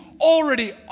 already